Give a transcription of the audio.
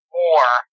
more